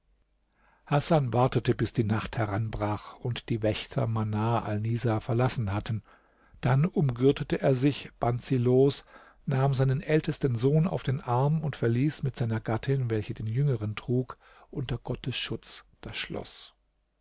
hasan wartete bis die nacht heranbrach und die wächter manar alnisa verlassen hatten dann umgürtete er sich band sie los nahm seinen ältesten sohn auf den arm und verließ mit seiner gattin welche den jüngeren trug unter gottes schutz das schloß